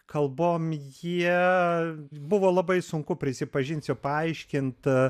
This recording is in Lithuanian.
kalbom jie buvo labai sunku prisipažinsiu paaiškint